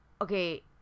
Okay